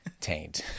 taint